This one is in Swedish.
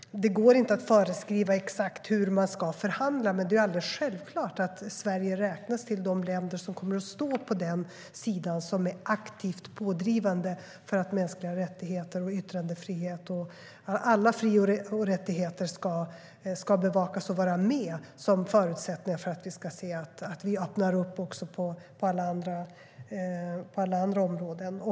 Det går inte att föreskriva exakt hur man ska förhandla. Men det är alldeles självklart att Sverige räknas till de länder som kommer att stå på den sida som är aktivt pådrivande för att mänskliga rättigheter, yttrandefrihet och alla fri och rättigheter ska bevakas och vara med som förutsättningar för att vi ska öppna upp också på alla andra områden.